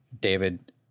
David